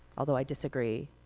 although i disagree,